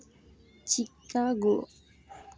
Chicago